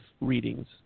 readings